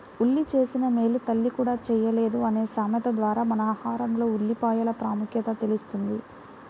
ఉల్లి చేసిన మేలు తల్లి కూడా చేయలేదు అనే సామెత ద్వారా మన ఆహారంలో ఉల్లిపాయల ప్రాముఖ్యత తెలుస్తుంది